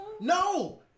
No